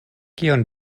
kion